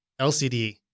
LCD